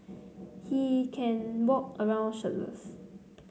he can walk around shirtless